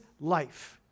life